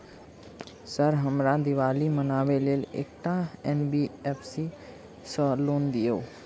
Sir हमरा दिवाली मनावे लेल एकटा एन.बी.एफ.सी सऽ लोन दिअउ?